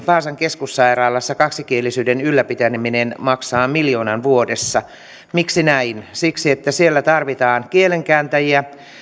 vaasan keskussairaalassa kaksikielisyyden ylläpitäminen maksaa miljoonan vuodessa miksi näin siksi että siellä tarvitaan kielenkääntäjiä